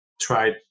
tried